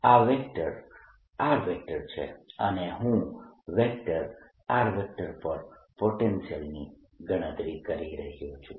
આ vector R છે અને હું વેક્ટર r પર પોટેન્શિયલની ગણતરી કરી રહ્યો છું